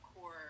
core